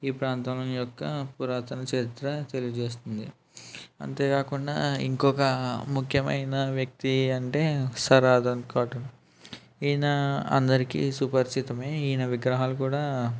ఈ ప్రాంతంలోని యొక్క పురాతన చరిత్ర తెలియజేస్తుంది అంతేకాకుండా ఇంకొక ముఖ్యమైన వ్యక్తి అంటే సార్ ఆర్ధర్ కాటన్ ఈయన అందరికీ సుపరిచితమే ఈయన విగ్రహాలు కూడా